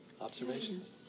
Observations